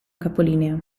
capolinea